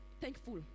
thankful